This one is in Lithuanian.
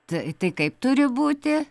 tai tai kaip turi būti